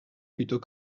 plutôt